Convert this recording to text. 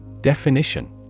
Definition